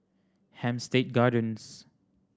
Hampstead Gardens